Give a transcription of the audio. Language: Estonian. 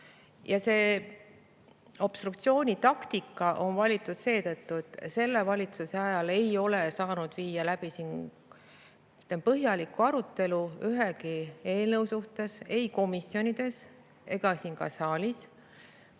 Ja see obstruktsiooni taktika on valitud seetõttu, et selle valitsuse ajal ei ole saanud siin pidada põhjalikku arutelu ühegi eelnõu üle, ei komisjonides ega ka siin saalis.